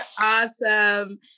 awesome